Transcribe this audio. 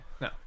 No